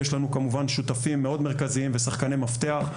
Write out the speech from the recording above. יש לנו כמובן שותפים מאוד מרכזיים ושחקני מפתח,